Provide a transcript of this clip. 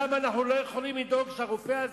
למה אנחנו לא יכולים לדאוג שהרופא הזה,